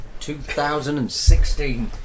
2016